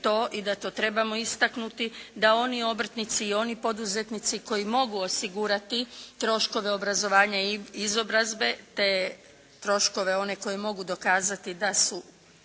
i da to trebamo istaknuti da oni obrtnici i oni poduzetnici koji mogu osigurati troškove obrazovanja i izobrazbe te troškove one koje mogu dokazati da su